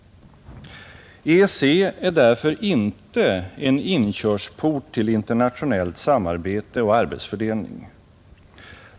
EEC är därför inte en inkörsport till internationellt samarbete och arbetsfördelning.